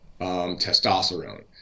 testosterone